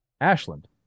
Ashland